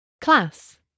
class